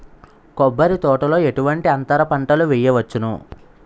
కొబ్బరి తోటలో ఎటువంటి అంతర పంటలు వేయవచ్చును?